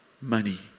money